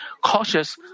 cautious